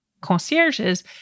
concierges